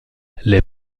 les